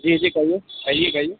جی جی کہیے کہیے کہیے